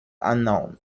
unknown